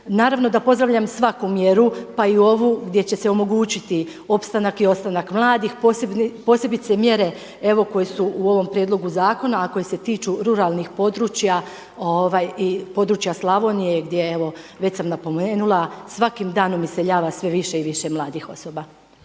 Naravno da pozdravljam svaku mjeru pa i ovu gdje će se omogućiti opstanak i ostanak mladih posebice mjere evo koje su u ovom prijedlogu zakona a koje se tiču ruralnih područja i područja Slavonije gdje evo, već sam napomenula svakim danom iseljava sve više i više mladih osoba.